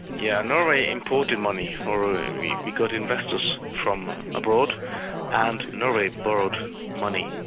yeah norway imported money, or ah and we we got investors from abroad and norway borrowed money.